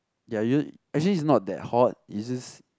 ya you actually it's not that hot it's just